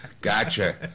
Gotcha